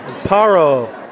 Paro